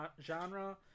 genre